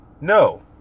No